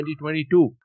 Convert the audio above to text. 2022